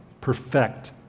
perfect